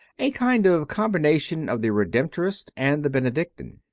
a kind of com bination of the redemptorist and the benedictine.